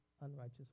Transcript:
unrighteous